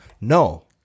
No